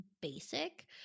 Basic